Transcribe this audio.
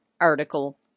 article